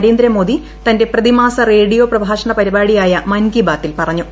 നരേന്ദ്രമോദി തന്റെ പ്രതിമാസ റേഡിയോ പ്രഭാഷണ പരിപാടിയായ മൻ കി ബാത്തിൽ പറഞ്ഞു